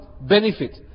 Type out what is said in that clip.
benefit